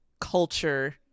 culture